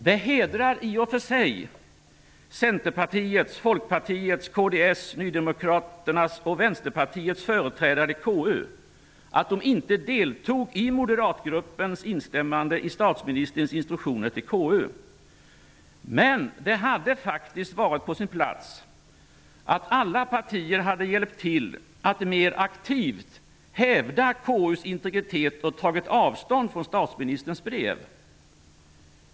Det hedrar i och för sig Men det hade faktiskt varit på sin plats att alla partier hade hjälpt till att mer aktivt hävda KU:s integritet och tagit avstånd från statsministerns brev.